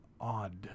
odd